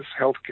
healthcare